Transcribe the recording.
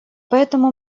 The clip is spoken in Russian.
поэтому